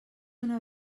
una